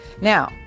Now